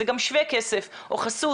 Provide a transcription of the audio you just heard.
זה גם שווה כסף או חסות.